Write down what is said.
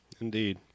indeed